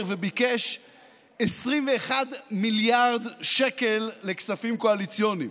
וביקש 21 מיליארד שקל לכספים קואליציוניים.